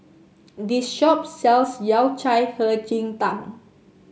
this shop sells Yao Cai Hei Ji Tang